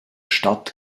stadt